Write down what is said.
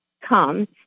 come